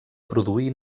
produir